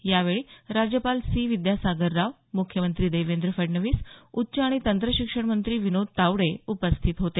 यावेळी राज्यपाल सी विद्यासागरराव मुख्यमंत्री देवेंद्र फडणवीस उच्च आणि तंत्रशिक्षणमंत्री विनोद तावडे उपस्थित होते